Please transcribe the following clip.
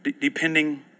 depending